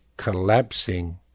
collapsing